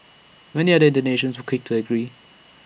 many other Indonesians quick to agree